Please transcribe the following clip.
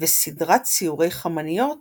וסדרת ציורי חמניות